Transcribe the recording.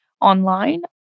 online